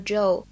Joe